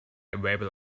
available